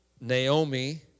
Naomi